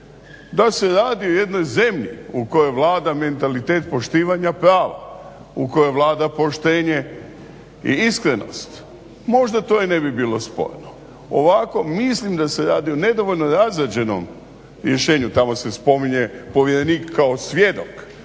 da se radi o jednoj zemlji u kojoj vlada mentalitet poštivanja prava, u kojoj vlada poštenje i iskrenost, možda to i ne bi bilo sporno. Ovako mislim da se radi o nedovoljno razrađenom rješenju. Tamo se spominje povjerenik kao svjedok